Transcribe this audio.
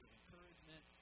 encouragement